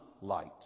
light